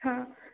हां